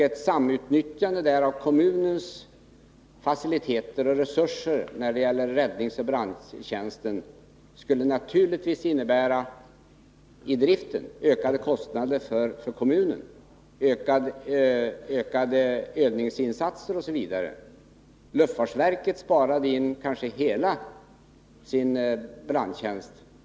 Ett samutnyttjande av kommunens olika faciliteter och resurser när det gäller räddningsoch brandtjänsten skulle naturligtvis på driftsidan innebära ökade kostnader för kommunen, ökade övningsinsatser m.m. Luftfartsverket skulle spara in vissa delar av eller kanske hela sin brandtjänst.